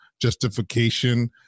justification